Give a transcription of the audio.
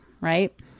right